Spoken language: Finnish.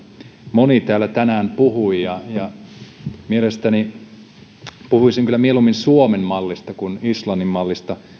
moni täällä tänään puhui puhuisin kyllä mieluummin suomen mallista kuin islannin mallista